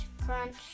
crunch